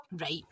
right